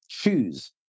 choose